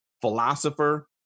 philosopher